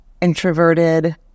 introverted